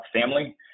family